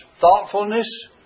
thoughtfulness